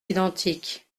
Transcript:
identiques